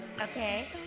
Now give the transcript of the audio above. okay